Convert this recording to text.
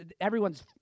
everyone's